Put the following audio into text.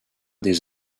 des